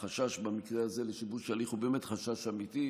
החשש במקרה הזה לשיבוש הליך הוא באמת חשש אמיתי,